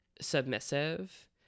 submissive